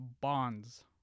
bonds